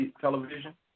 Television